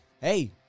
Hey